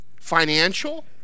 financial